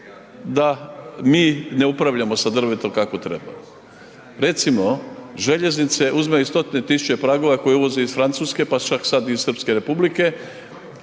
da mi ne upravljamo sa drvetom kako treba. Recimo željeznice uzimaju stotine tisuća pragova koje uvoze iz Francuske, pa su čak sad i iz Srpske Republike,